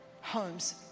homes